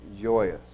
joyous